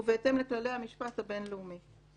ובהתאם לכללי המשפט הבינלאומי.